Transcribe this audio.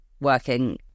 working